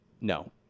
No